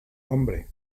hombre